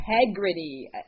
integrity